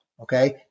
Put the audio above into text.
Okay